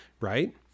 right